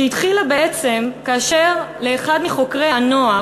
שהתחילה בעצם כאשר לאחד מחוקרי הנוער